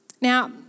Now